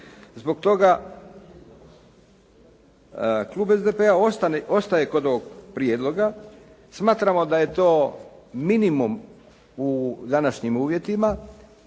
Zbog toga klub SDP-a ostaje kod ovog prijedloga. Smatramo da je to minimum u današnjim uvjetima